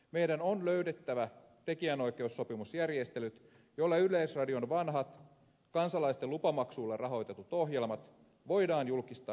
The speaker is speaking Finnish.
meidän on löydettävä tekijänoikeussopimusjärjestelyt joilla yleisradion vanhat kansalaisten lupamaksuilla rahoitetut ohjelmat voidaan julkistaa netissä